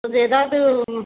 கொஞ்சம் எதாவது